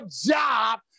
job